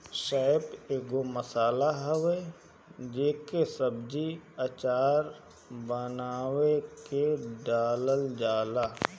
सौंफ एगो मसाला हवे जेके सब्जी, अचार बानवे में डालल जाला